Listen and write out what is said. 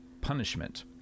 punishment